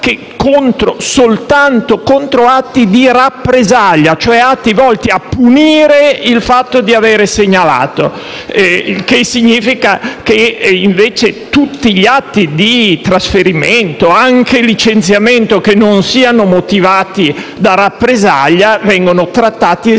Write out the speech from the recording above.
soltanto contro atti di rappresaglia, cioè mirati a punire il fatto di aver segnalato; il che significa che invece tutti i provvedimenti di trasferimento e anche di licenziamento non motivati da rappresaglia vengono trattati esattamente